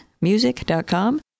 Music.com